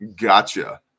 Gotcha